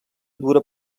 dura